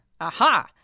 Aha